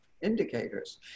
Indicators